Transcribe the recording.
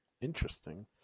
interesting